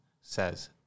says